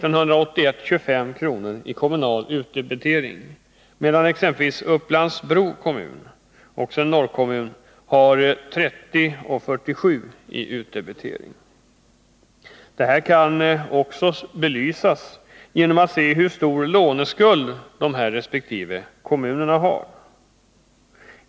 i kommunal utdebitering 1981, medan exempelvis Upplands Bro, också en norrkommun, har 30:47 kr. Detta kan också belysas genom att man ser på hur stor låneskuld dessa kommuner har.